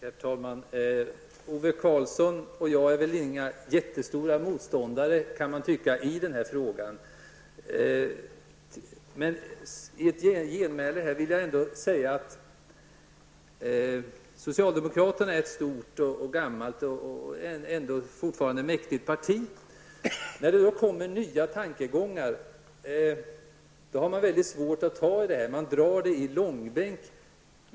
Herr talman! Ove Karlsson och jag är nog inga större motståndare i denna fråga. I min replik vill jag ändå säga att socialdemokraterna är ett stort, gammalt, men fortfarande mäktigt parti. När det kommer nya tankegångar har man mycket svårt att ta till sig dem. Man drar dem i långbänk.